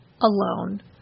alone